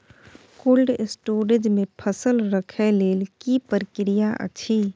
Cold store मे फसल रखय लेल की प्रक्रिया अछि?